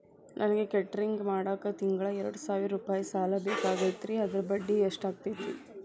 ನನಗ ಕೇಟರಿಂಗ್ ಮಾಡಾಕ್ ತಿಂಗಳಾ ಎರಡು ಸಾವಿರ ರೂಪಾಯಿ ಸಾಲ ಬೇಕಾಗೈತರಿ ಅದರ ಬಡ್ಡಿ ಎಷ್ಟ ಆಗತೈತ್ರಿ?